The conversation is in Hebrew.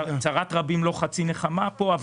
צרת רבים לא חצי נחמה פה,